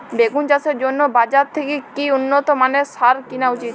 বেগুন চাষের জন্য বাজার থেকে কি উন্নত মানের সার কিনা উচিৎ?